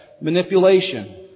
manipulation